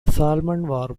salmon